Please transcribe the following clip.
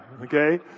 Okay